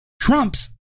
trumps